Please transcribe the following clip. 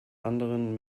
anderen